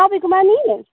तपाईँकोमा नि